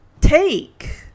take